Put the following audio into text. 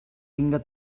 vinga